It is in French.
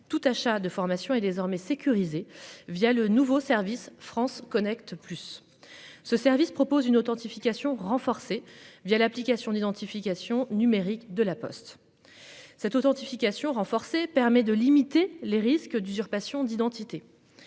tout achat de formation est désormais sécurisé via le nouveau service France Connect plus ce service propose une authentification renforcée via l'application d'identification numérique de La Poste. Cette authentification renforcée permet de limiter les risques d'usurpation d'identité.